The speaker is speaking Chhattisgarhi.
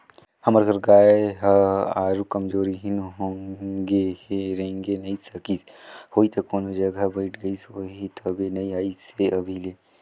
हमर घर गाय ह आरुग कमजोरहिन होगें हे रेंगे नइ सकिस होहि त कोनो जघा बइठ गईस होही तबे नइ अइसे हे अभी ले